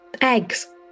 eggs